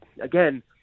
again